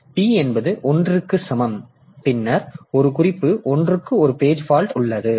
எனவே p என்பது 1 க்கு சமம் பின்னர் ஒரு குறிப்பு ஒன்றுக்கு ஒரு பேஜ் பால்ட் உள்ளது